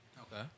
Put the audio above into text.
Okay